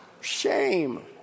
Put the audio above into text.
shame